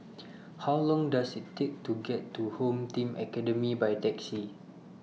How Long Does IT Take to get to Home Team Academy By Taxi